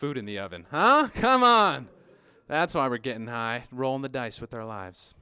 food in the oven come on that's why we're getting high rolling the dice with their lives